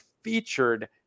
featured